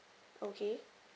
okay